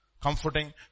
Comforting